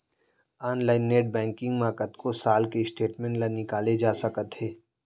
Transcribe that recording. online net banking म कतको साल के स्टेटमेंट ल निकाले जा सकत हे